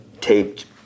taped